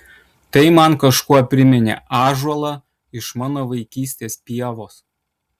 tai man kažkuo priminė ąžuolą iš mano vaikystės pievos